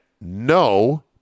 no